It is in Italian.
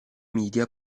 media